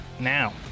now